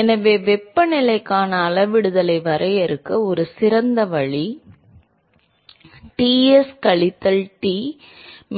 எனவே வெப்பநிலைக்கான அளவிடுதலை வரையறுக்க ஒரு சிறந்த வழி Ts கழித்தல் T